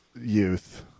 youth